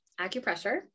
acupressure